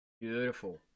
Beautiful